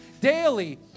daily